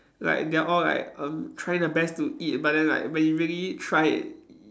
like they are all like um trying their best to eat but then like when you really try it